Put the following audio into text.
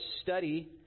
study